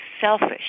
selfish